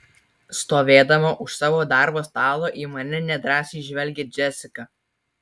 stovėdama už savo darbo stalo į mane nedrąsiai žvelgia džesika